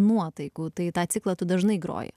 nuotaikų tai tą ciklą tu dažnai groji